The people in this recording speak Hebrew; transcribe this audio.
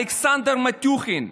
אלכסנדר מטיוחין,